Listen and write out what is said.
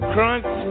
Crunch